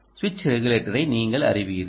சுவிட்ச் ரெகுலேட்டரை நீங்கள் அறிவீர்கள்